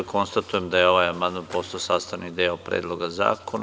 Konstatujem da je ovaj amandman postao sastavni deo Predloga zakona.